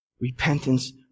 Repentance